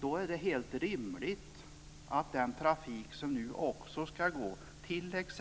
Då är det helt rimligt att även den trafik som nu ska gå t.ex.